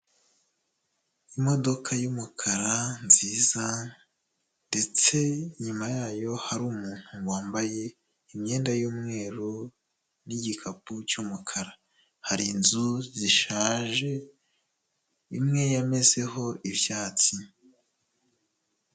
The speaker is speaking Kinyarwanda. Imodoka y'umukara nziza ndetse nyuma yayo hari umuntu wambaye imyenda y'umweru n'igikapu cy'umukara, hari inzu zishaje imwe yamezeho ibyatsi.